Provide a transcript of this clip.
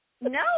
no